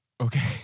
Okay